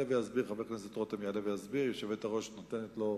חבר הכנסת רותם יעלה ויסביר, היושבת-ראש נותנת לו,